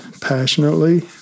passionately